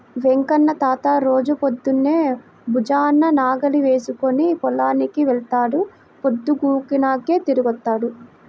వెంకన్న తాత రోజూ పొద్దన్నే భుజాన నాగలి వేసుకుని పొలానికి వెళ్తాడు, పొద్దుగూకినాకే తిరిగొత్తాడు